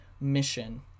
mission